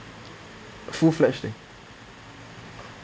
full fledged thing